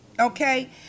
okay